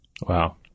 Wow